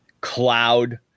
cloud